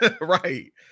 Right